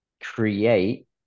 create